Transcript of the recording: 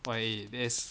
!wah! that's